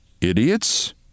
Idiots